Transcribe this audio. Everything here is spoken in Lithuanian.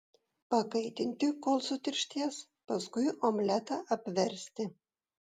pakaitinti kol sutirštės paskui omletą apversti